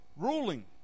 ruling